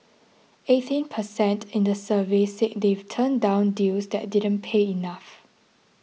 eighteen per cent in the survey said they've turned down deals that didn't pay enough